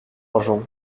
argent